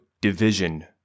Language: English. division